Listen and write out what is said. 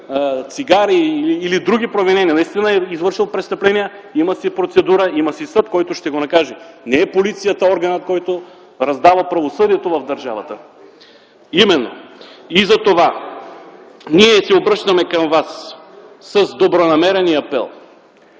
цигари или други провинения, наистина е извършил престъпления, има процедура, има съд, който ще го накаже. Полицията не е органът, който раздава правосъдието в държавата. И затова ние се обръщаме към Вас с добронамерения апел